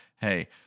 hey